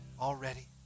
already